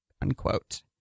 unquote